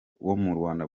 rwanda